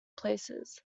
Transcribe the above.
places